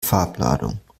farbladung